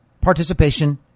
participation